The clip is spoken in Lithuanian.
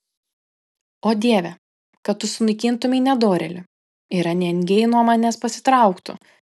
o dieve kad tu sunaikintumei nedorėlį ir anie engėjai nuo manęs pasitrauktų